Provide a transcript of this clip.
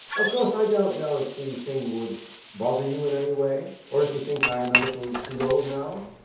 of course i don't know if the thing would bother you in any way, or if you think i am a little too old now.